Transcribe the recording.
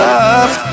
love